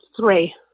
three